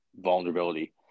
vulnerability